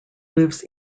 lives